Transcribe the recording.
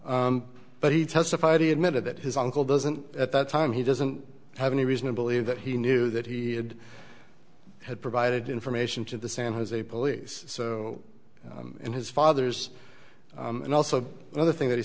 on but he testified he admitted that his uncle doesn't at that time he doesn't have any reason to believe that he knew that he had had provided information to the san jose police so in his fathers and also the other thing that he